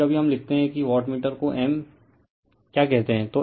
कभी कभी हम लिखते हैं कि वाटमीटर को m क्या कहते हैं